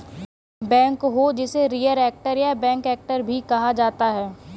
backhoe जिसे rear actor या back actor भी कहा जाता है